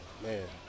Man